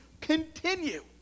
continue